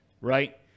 right